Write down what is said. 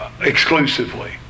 exclusively